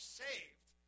saved